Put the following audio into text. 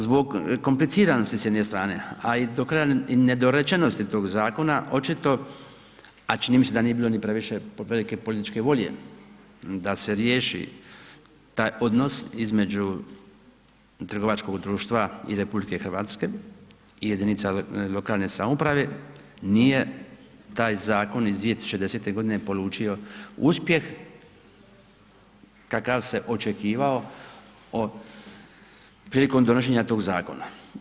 Zbog kompliciranosti s jedne strane, a i do kraja nedorečenosti tog zakona, očito, a čini mi se da nije bilo previše velike političke volje da se riješi taj odnos između trgovačkog društva i RH i jedinica lokalne samouprave, nije taj zakon iz 2010. g. polučio uspjeh kakav se očekivao prilikom donošenja tog zakona.